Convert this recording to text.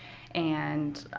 and